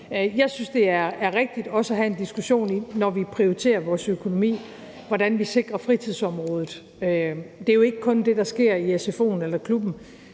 Jeg synes, det er rigtigt også at have en diskussion, når vi prioriterer vores økonomi, om, hvordan vi sikrer fritidsområdet. Det er jo ikke kun det, der sker i sfo'en eller klubben.